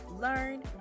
learn